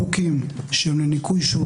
שתקועים בצינור,